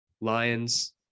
lions